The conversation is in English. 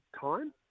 time